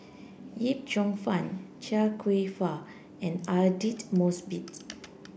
Yip Cheong Fun Chia Kwek Fah and Aidli Mosbit